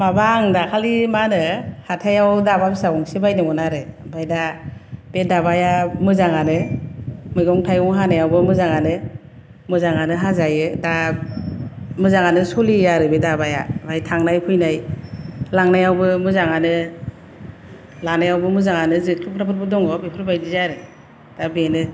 माबा आं दाखालि मा होनो हाथायाव दाबा फिसा गंसे बायदोंमोन आरो ओमफ्राय दा बे दाबाया मोजां आनो मैगं थायगं हानायावबो मोजां आनो मोजां आनो हाजायो दा मोजां आनो सलियो आरो बे दाबाया ओमफ्राय थांनाय फैनाय लांनायावबो मोजां आनो लानायावबो मोजां आनो जोखोबग्रा फोरबो दङ' बेफोरबादि आरो दा बेनो